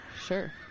sure